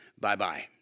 bye-bye